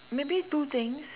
maybe two things